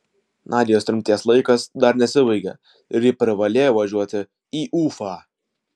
nadios tremties laikas dar nesibaigė ir ji privalėjo važiuoti į ufą